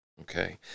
okay